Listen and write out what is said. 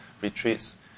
retreats